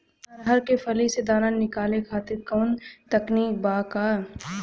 अरहर के फली से दाना निकाले खातिर कवन तकनीक बा का?